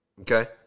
okay